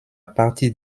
partir